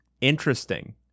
Interesting